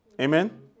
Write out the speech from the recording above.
Amen